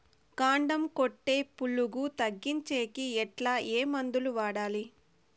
కాండం కొట్టే పులుగు తగ్గించేకి ఎట్లా? ఏ మందులు వాడాలి?